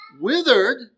withered